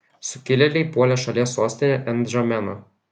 sukilėliai puolė šalies sostinę ndžameną